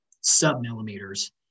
sub-millimeters